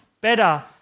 better